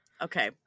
okay